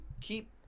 keep